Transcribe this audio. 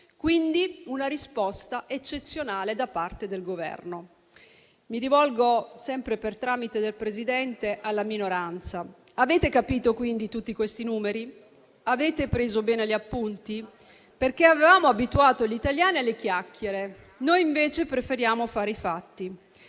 quindi una risposta eccezionale da parte del Governo. Mi rivolgo, sempre per il tramite del Presidente, alla minoranza. Avete capito tutti questi numeri? Avete preso bene gli appunti? Avevamo abituato gli italiani alle chiacchiere; noi invece preferiamo i fatti.